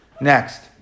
Next